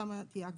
שם תהיה הקפאה.